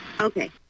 okay